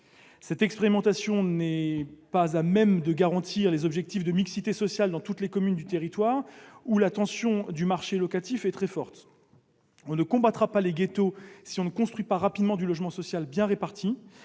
Cette expérimentation n'est pas à même de garantir les objectifs de mixité sociale dans toutes les communes du territoire où la tension du marché locatif est très forte. On ne combattra pas les ghettos si on ne construit pas rapidement du logement social bien réparti.